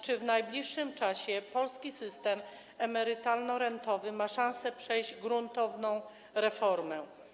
Czy w najbliższym czasie polski system emerytalno-rentowy ma szansę przejść gruntowną reformę?